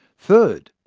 third,